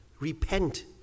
Repent